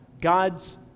God's